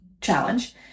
challenge